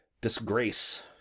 disgrace